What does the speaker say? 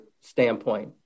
standpoint